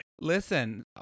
Listen